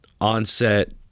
onset